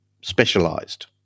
specialized